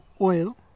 oil